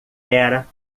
era